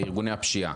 בארגוני הפשיעה,